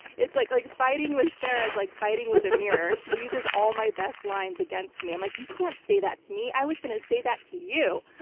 like like fighting with sarah is like fighting with a mirror. she uses all my best lines against me. i'm like, you can't say that to me. i was going to say that to you!